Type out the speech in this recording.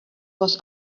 was